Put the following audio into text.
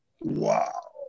wow